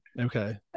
okay